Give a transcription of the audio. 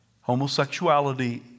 homosexuality